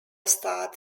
starred